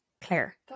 Claire